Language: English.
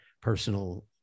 personal